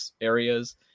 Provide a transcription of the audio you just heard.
areas